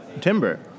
Timber